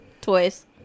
Toys